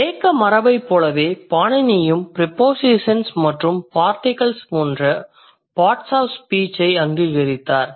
கிரேக்க மரபைப் போலவே பாணினியும் பிரிபோசிசன்ஸ் மற்றும் பார்டிகல்ஸ் போன்ற பார்ட்ஸ் ஆஃப் ஸ்பீச்சை அங்கீகரித்தார்